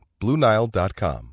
BlueNile.com